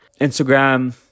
Instagram